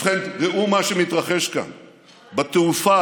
ובכן, דעו מה שמתרחש כאן, בתעופה,